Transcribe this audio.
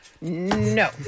No